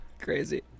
Crazy